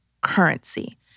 currency